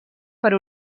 per